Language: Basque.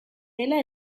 dela